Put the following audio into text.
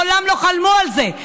מעולם לא חלמו על זה.